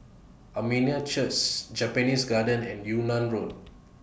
Armenian Church Japanese Garden and Yunnan Road